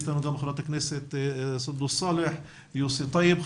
איתנו גם חברת הכנסת סונדוס סאלח ויוסף טייב,